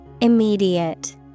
Immediate